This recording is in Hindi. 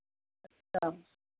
अच्छा